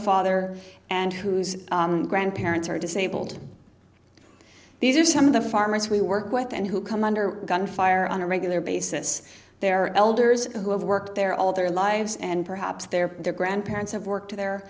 father and whose grandparents are disabled these are some of the farmers we work with and who come under gunfire on a regular basis their elders who have worked there all their lives and perhaps their their grandparents have worked the